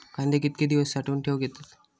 कांदे कितके दिवस साठऊन ठेवक येतत?